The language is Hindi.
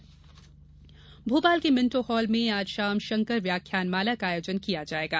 शंकर व्याख्यान माला भोपाल के मिंटो हॉल में आज शाम शंकर व्याख्यान माला का आयोजन किया जायेगा